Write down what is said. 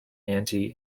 anti